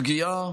פגיעה